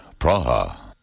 Praha